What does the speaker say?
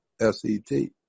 S-E-T